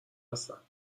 هستم